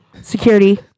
security